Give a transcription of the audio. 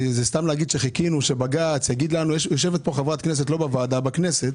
יש פה חברת כנסת שיושבת פה לא בוועדה בכנסת.